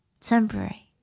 temporary